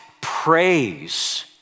praise